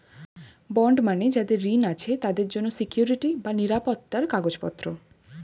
bond মানে যাদের ঋণ আছে তাদের জন্য সিকুইরিটি বা নিরাপত্তার কাগজপত্র